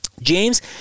James